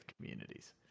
communities